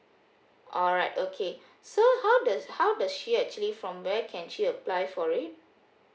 alright okay so how does how does she actually from where can she apply for it